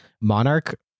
Monarch